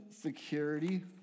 security